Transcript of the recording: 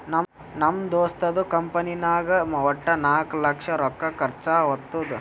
ನಮ್ ದೋಸ್ತದು ಕಂಪನಿನಾಗ್ ವಟ್ಟ ನಾಕ್ ಲಕ್ಷ ರೊಕ್ಕಾ ಖರ್ಚಾ ಹೊತ್ತುದ್